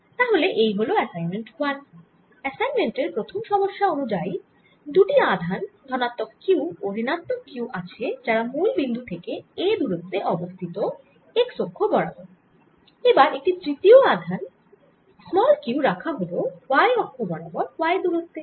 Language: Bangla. তাহলে এই হল অ্যাসাইনমেন্ট 1 অ্যাসাইনমেন্ট এর প্রথম সমস্যা অনুযায়ী দুটি আধান ধনাত্মক Q ও ঋণাত্মক Q আছে যারা মুল বিন্দু থেকে a দূরত্বে অবস্থিত x অক্ষ বরাবর এবার একটি তৃতীয় আধান q রাখা হল y অক্ষ বরাবর y দূরত্বে